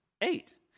Eight